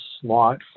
slot